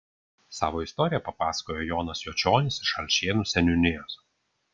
savo istoriją papasakojo jonas jočionis iš alšėnų seniūnijos